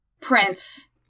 prince